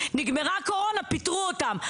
נגמרה הקורונה פיטרו אותם.